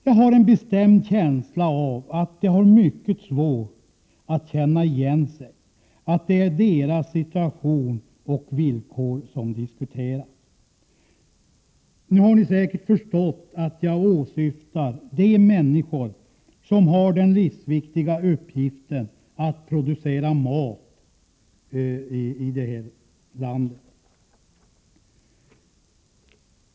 Jag har en bestämd känsla av att de har mycket svårt att känna igen sig— att inse det är deras situation och villkor som diskuteras. Ni har säkert förstått att jag åsyftar de människor i vårt land som har den livsviktiga uppgiften att producera mat.